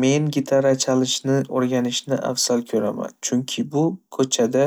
Men gitara chalishni o'rganishni afzal ko'raman, chunki bu ko'chada